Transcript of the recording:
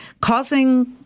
causing